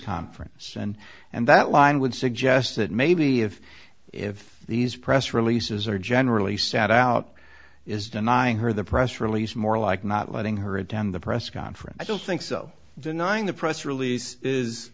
conference and and that line would suggest that maybe if if these press releases are generally sat out is denying her the press release more like not letting her down the press conference i don't think so denying the press release is